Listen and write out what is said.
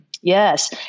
Yes